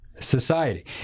Society